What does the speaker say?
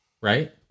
Right